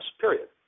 period